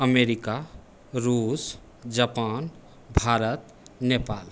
America रूस Japan Bharat Nepal